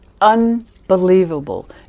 unbelievable